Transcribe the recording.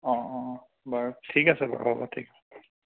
অঁ অঁ অঁ বাৰু ঠিক আছে বাৰু হ'ব ঠিক আছে